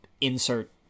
insert